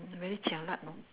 very jialat hor